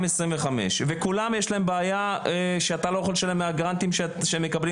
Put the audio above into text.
ולכולם יש בעיה שאתה לא יכול לשלם מהגרנטים שמקבלים